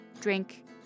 drink